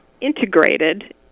integrated